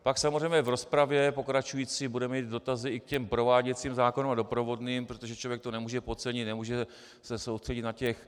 Pak samozřejmě v rozpravě pokračující budeme mít dotazy i k těm prováděcím zákonům a doprovodným, protože člověk to nemůže podcenit, nemůže se soustředit na těch...